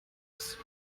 aus